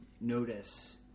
notice